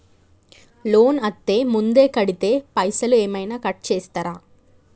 Loan అత్తే ముందే కడితే పైసలు ఏమైనా కట్ చేస్తరా?